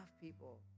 people